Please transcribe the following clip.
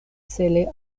cele